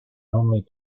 only